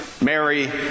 Mary